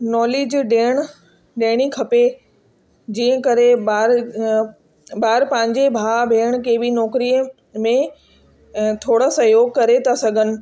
knowledge ॾियणी ॾियणी खपे जीअं करे ॿार ॿार पंहिंजे भाउ भेण खे बि नौकरीअ में थोरा सहयोग करे था सघनि